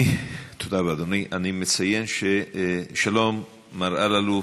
עישון, שלום מר אלאלוף,